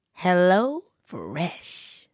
HelloFresh